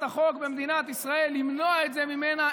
החוק במדינת ישראל למנוע את זה ממנה,